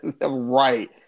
right